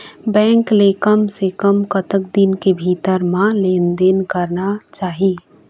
Bank ले कम से कम कतक दिन के भीतर मा लेन देन करना चाही?